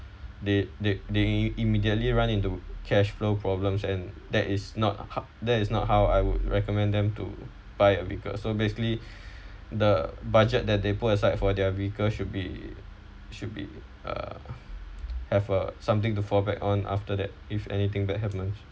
they they they immediately run into cash flow problems and that is not how that is not how I would recommend them to buy a vehicle so basically the budget that they put aside for their vehicles should be should be uh have uh something to fall back on after that if anything that happens